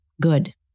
good